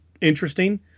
interesting